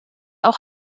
auch